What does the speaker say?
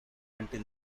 until